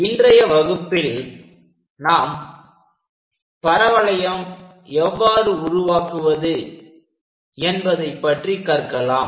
இன்றைய வகுப்பில் நாம் பரவளையம் எவ்வாறு உருவாக்குவது என்பதை பற்றி கற்கலாம்